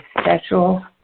special